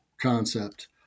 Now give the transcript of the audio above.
concept